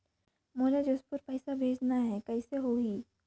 मोला जशपुर पइसा भेजना हैं, कइसे होही?